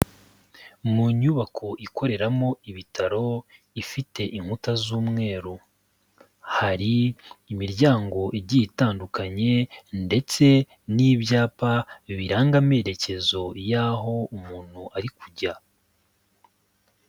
Mu nyubako ikoreramo ibitaro ifite inkuta z'umweru, hari imiryango igiye itandukanye ndetse n'ibyapa biranga amerekezo y'aho umuntu ari kujya.